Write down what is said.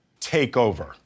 takeover